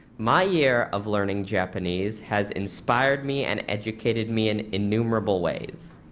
my year of learning japanese has inspired me and educated me in innumerable ways.